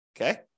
Okay